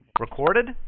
Recorded